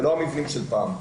זה לא המבנים של פעם.